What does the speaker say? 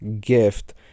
gift